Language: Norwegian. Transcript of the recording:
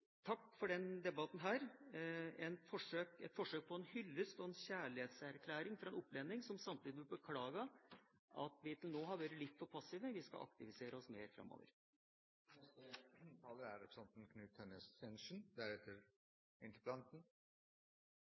Takk for denne debatten. Dette var et forsøk på en hyllest og en kjærlighetserklæring fra en opplending, som samtidig beklager at vi til nå har vært litt for passive. Vi skal aktivisere oss mer framover. Dette er en interessant og viktig interpellasjon. Jeg hører at representanten